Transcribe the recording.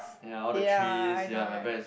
ya I know right